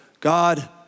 God